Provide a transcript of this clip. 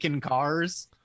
cars